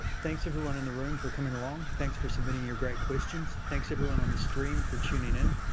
thanks everyone in the room for coming along. thanks for submitting your great questions. thanks everyone on the stream for tuning in.